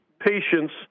patients